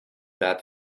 that